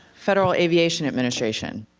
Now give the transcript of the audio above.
federal aviation administration.